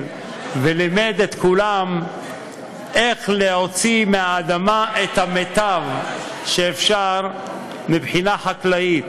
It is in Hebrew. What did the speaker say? ולימד את כולם איך להוציא מהאדמה את המיטב שאפשר מבחינה חקלאית.